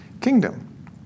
kingdom